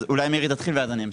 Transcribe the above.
אולי מירי תתחיל ואז אני אמשיך.